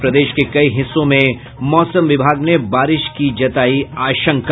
और प्रदेश के कई हिस्सों में मौसम विभाग ने बारिश की जतायी है आशंका